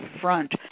front